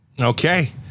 okay